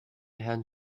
herrn